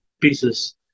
pieces